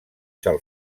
se’l